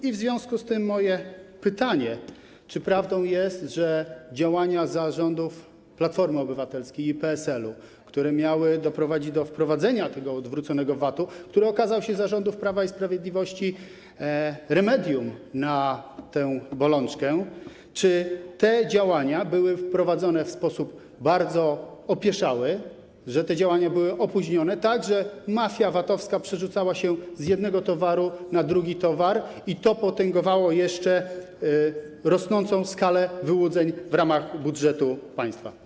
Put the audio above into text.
I w związku z tym moje pytanie: Czy prawdą jest, że działania za rządów Platformy Obywatelskiej i PSL-u, które miały doprowadzić do wdrożenia odwróconego VAT-u, co okazało się za rządów Prawa i Sprawiedliwości remedium na tę bolączkę, że te działania były prowadzone w sposób bardzo opieszały, że te działania były opóźnione, tak że mafia VAT-owska przerzucała się z jednego towaru na drugi towar i to potęgowało jeszcze wzrost skali wyłudzeń z ramach budżetu państwa?